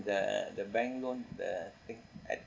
the the bank loan the thing I